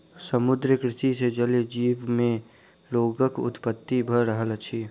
समुद्रीय कृषि सॅ जलीय जीव मे रोगक उत्पत्ति भ रहल अछि